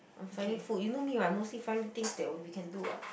I'm finding food you know me right mostly finding things that we we can do [what]